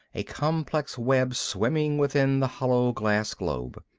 a complex web swimming within the hollow glass globe.